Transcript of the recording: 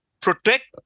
protect